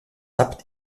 habt